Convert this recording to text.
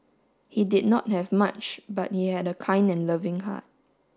he did not have much but he had a kind and loving heart